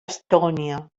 estònia